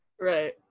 Right